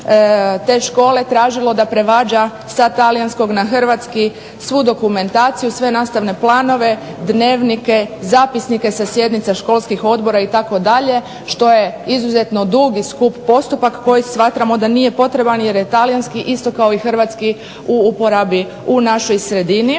te škole tražilo da prevađa sa talijanskog na hrvatski svu dokumentaciju, sve nastavne planove, dnevnike, zapisnike sa sjednica školskih odbora itd. što je izuzetno dug i skup postupak koji smatramo da nije potreban jer je talijanski isto kao i hrvatski u uporabi u našoj sredini.